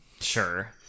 Sure